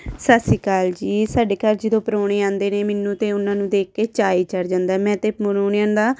ਸਤਿ ਸ਼੍ਰੀ ਅਕਾਲ ਜੀ ਸਾਡੇ ਘਰ ਜਦੋਂ ਪ੍ਰਾਹੁਣੇ ਆਉਂਦੇ ਨੇ ਮੈਨੂੰ ਤਾਂ ਉਹਨਾਂ ਨੂੰ ਦੇਖ ਕੇ ਚਾਅ ਹੀ ਚੜ੍ਹ ਜਾਂਦਾ ਮੈਂ ਤਾਂ ਪ੍ਰਾਹੁਣਿਆਂ ਦਾ